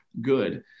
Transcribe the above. good